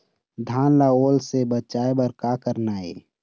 धान ला ओल से बचाए बर का करना ये?